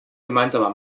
gemeinsamer